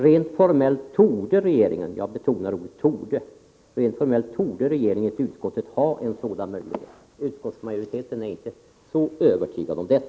Rent formellt torde regeringen” — jag betonar ordet torde — ”enligt utskottet ha en sådan möjlighet ———.” Utskottsmajoriteten är alltså inte helt övertygad om detta.